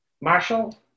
Marshall